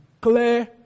clear